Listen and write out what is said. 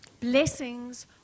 Blessings